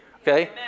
Okay